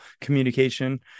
communication